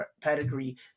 pedigree